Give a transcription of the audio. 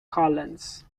collins